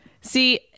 See